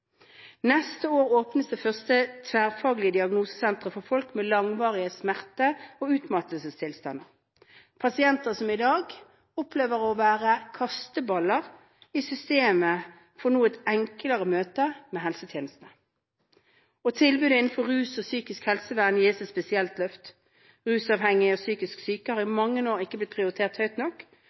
Neste år åpnes det første tverrfaglige diagnosesenteret for folk med langvarige smerter og utmattelsestilstander. Pasienter som i dag opplever å være kasteballer i systemet, får nå et enklere møte med helsetjenestene. Tilbud innenfor rus og psykisk helsevern gis et spesielt løft. Rusavhengige og psykisk syke har i mange år ikke blitt prioritert høyt nok.